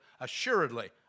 assuredly